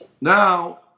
Now